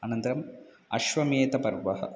अनन्तरम् अश्वमेधपर्वः